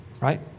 right